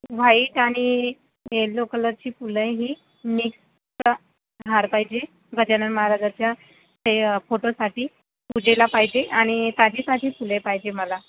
white आणि yellow कलरची फुलं हे हि मिक्स हार पाहिजे गजानन महाराजांच्या ते फोटोसाठी पूजेला पाहिजे आणि साधी साधी फुले पाहिजे मला